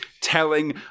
telling